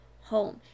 home